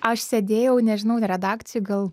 aš sėdėjau nežinau redakcijoj gal